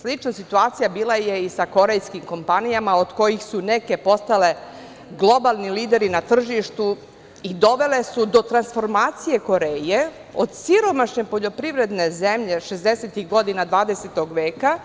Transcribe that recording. Slična situacija bila je i sa korejskim kompanijama, od kojih su neke postale globalni lideri na tržištu i dovele su do transformacije Koreje, od siromašne poljoprivredne zemlje šezdesetih godina 20. veka